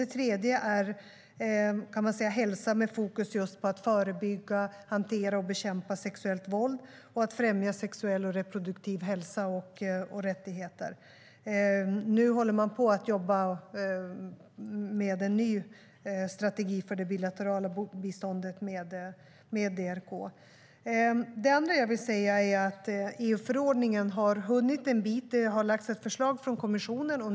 Det tredje är hälsa med fokus på att förebygga, hantera och bekämpa sexuellt våld och att främja sexuell och reproduktiv hälsa och rättigheter. Nu jobbar man tillsammans med DRK för att ta fram en ny strategi för det bilaterala biståndet. EU-förordningen har kommit en bit på väg. Det har lagts fram ett förslag från kommissionen.